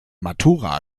matura